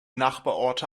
nachbarorte